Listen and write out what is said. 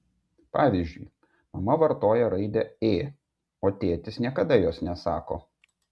pavyzdžiui mama vartoja raidę ė o tėtis niekada jos nesako